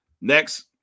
Next